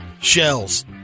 Shells